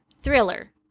thriller